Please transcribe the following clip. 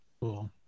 Cool